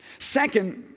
Second